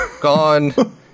gone